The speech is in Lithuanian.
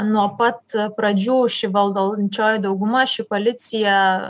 nuo pat pradžių ši valdančioji dauguma ši policija